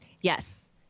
Yes